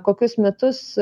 kokius metus